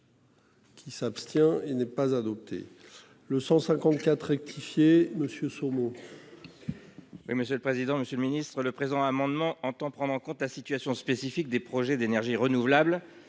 Qui s'abstient. Il n'est pas adopté. Le 154 rectifié monsieur saumon. Oui, monsieur le président, Monsieur le Ministre, le présent amendement entend prendre en compte la situation spécifique des projets d'énergies renouvelables